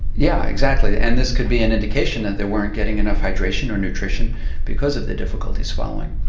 yeah, exactly. and this could be an indication that they weren't getting enough hydration or nutrition because of the difficulty swallowing.